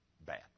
bad